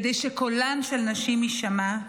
כדי שקולן של נשים יישמע.